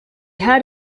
had